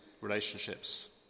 relationships